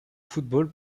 football